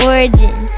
Origin